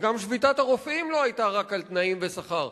וגם שביתת הרופאים לא היתה רק על תנאים ושכר.